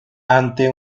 ante